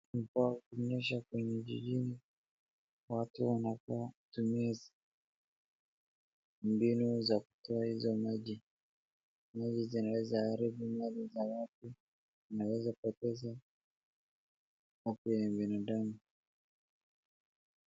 Mvua ikinyesha kwenye jijini, watu wanafaa watumie mbinu za kutoa hizo maji , maji zinaeza aribu mali za watu, zinaweza poteza afya ya mwanadamu.